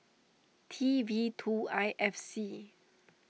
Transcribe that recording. T V two I F C